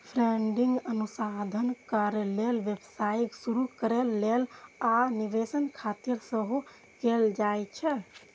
funding अनुसंधान कार्य लेल, व्यवसाय शुरू करै लेल, आ निवेश खातिर सेहो कैल जाइ छै